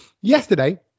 Yesterday